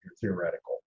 theoretical